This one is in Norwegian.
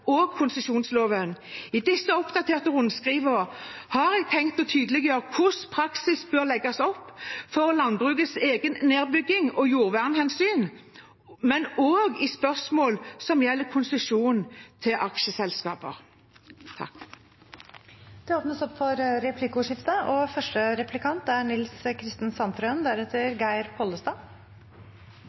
og konsesjonsloven. I disse oppdaterte rundskrivene har jeg tenkt å tydeliggjøre hvordan praksis bør legges opp for landbrukets egen nedbygging og jordvernhensyn, men også i spørsmål som gjelder konsesjon til aksjeselskaper.